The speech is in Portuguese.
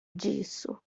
disso